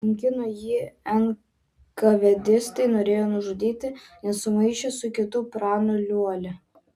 kankino jį enkavedistai norėjo nužudyti nes sumaišė su kitu pranu liuolia